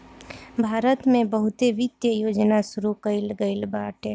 भारत में बहुते वित्त योजना शुरू कईल गईल बाटे